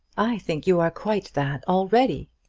i think you are quite that already.